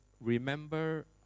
remember